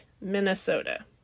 Minnesota